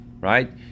right